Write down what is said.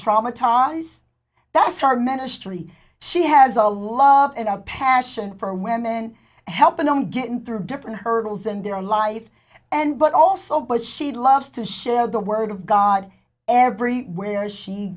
traumatized thus far ministry she has a love and a passion for women helping them get in through different hurdles and their life and but also because she loves to share the word of god everywhere she